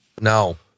No